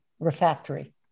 refactory